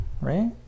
Right